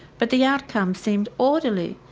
but the outcome seemed orderly,